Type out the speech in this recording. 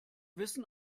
wissen